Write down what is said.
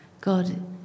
God